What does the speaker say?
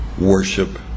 worship